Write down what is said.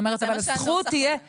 הזכות תהיה מעוגנת.